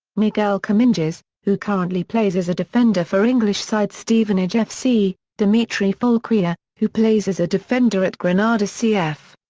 miguel comminges, who currently plays as a defender for english side stevenage f c. dimitri foulquier, who plays as a defender at granada cf.